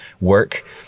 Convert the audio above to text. work